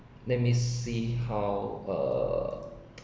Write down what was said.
let me see how err